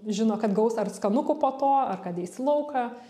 žino kad gaus ar skanukų po to ar kad eis į lauką